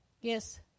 Yes